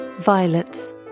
Violets